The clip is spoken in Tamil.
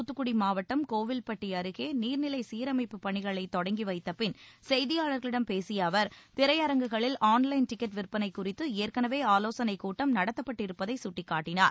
தூத்துக்குடி மாவட்டம் கோவில்பட்டி அருகே நீர்நிலை சீரமைப்புப் பணிகளை தொடங்கி வைத்தபின் செய்தியாளர்களிடம் பேசிய அவர் திரையரங்குகளில் ஆன்லைள் டிக்கெட் விற்பளை குறித்து ஏற்களவே ஆலோசனைக் கூட்டம் நடத்தப்பட்டிருப்பதை சுட்டிக்காட்டினார்